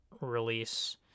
release